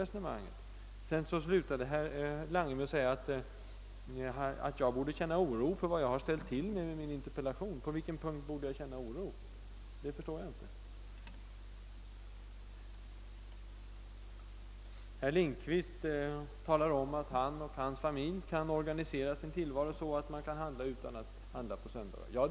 Herr Lange slutade med att säga att jag borde känna oro för vad jag med min inaterpellation stalll tiil med. Av vilken aniedning borde jag känna oro? Det förstår jag inte. Herr Lindkvist talar om att han och bans familj kan organisera sin tillvaro så alt de kan göra sina inköp utan att handla på söndagar.